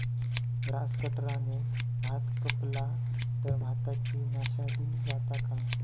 Grass कटराने भात कपला तर भाताची नाशादी जाता काय?